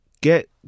get